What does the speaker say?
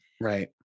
Right